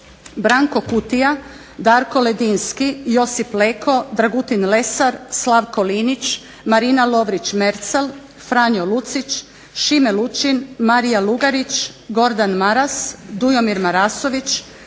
Branko Kutija, Darko Ledinski, Josip Leko, Dragutin Lesar, Slavko Linić, Marina Lovrić Mercel, Franjo Lucić, Šime Lučin, Marija Lugarić, Gordan Maras, Dujomir Marasović,